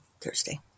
thursday